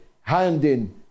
Handin